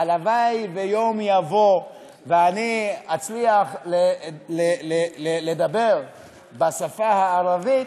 הלוואי שיום יבוא ואני אצליח לדבר בשפה הערבית,